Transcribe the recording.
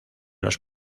los